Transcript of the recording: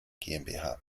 gmbh